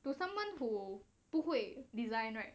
to someone who 不会 design right